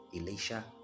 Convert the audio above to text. Elisha